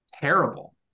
terrible